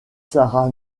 sarah